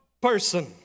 person